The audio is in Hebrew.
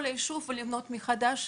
להרוס את כל היישוב ולבנות מחדש?